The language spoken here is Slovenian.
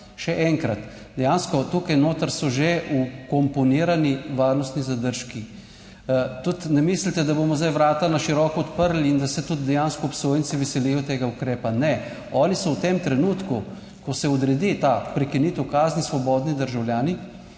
Še enkrat, dejansko tukaj noter so že vkomponirani varnostni zadržki. Tudi ne mislite, da bomo zdaj vrata na široko odprli in da se tudi dejansko obsojenci veselijo tega ukrepa. Ne, oni so v tem trenutku, ko se odredi ta prekinitev kazni, svobodni državljani